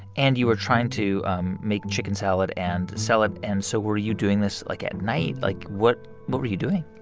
and you are trying to um make chicken salad and sell it. and so were you doing this, like, at night? like, what but were you doing?